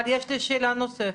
יש לי שאלה נוספת,